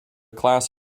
class